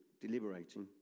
deliberating